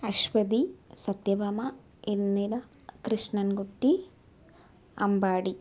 Aswathy Sathyabhama Indira Krishnankutty Ambadi